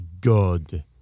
god